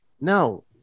no